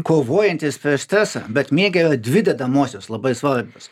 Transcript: kovojantis prieš stresą bet miege yra dvi dedamosios labai svarbios